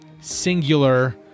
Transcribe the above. Singular